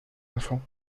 enfants